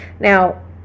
Now